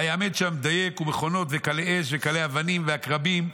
ויעמד שם דייק ומכונות וקלעי אש וקלעי אבנים ועקרבים".